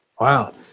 Wow